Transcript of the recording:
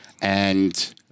and-